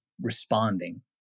responding